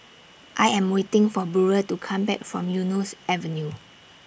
I Am waiting For Burrell to Come Back from Eunos Avenue